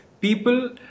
people